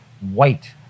white